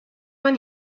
man